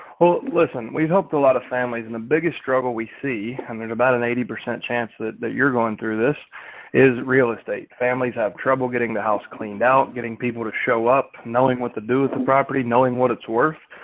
well, listen, we've helped a lot of families and the biggest struggle we see. and there's about an eighty percent chance that that you're going through this is real estate families have trouble getting the house cleaned out, getting people to show up knowing what to do with the property, knowing what it's worth.